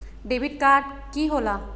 Debit card की होला?